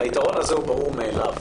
היתרון הזה ברור מאליו.